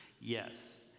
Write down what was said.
Yes